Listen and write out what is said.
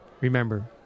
Remember